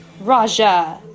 Raja